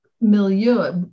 milieu